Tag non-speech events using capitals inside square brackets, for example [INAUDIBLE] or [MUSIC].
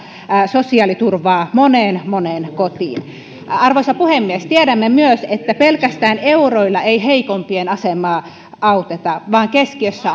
sosiaaliturvaa moneen moneen kotiin arvoisa puhemies tiedämme myös että pelkästään euroilla ei heikoimpien asemaa auteta vaan keskiössä [UNINTELLIGIBLE]